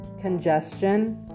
congestion